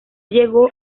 llegó